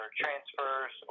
transfers